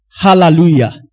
Hallelujah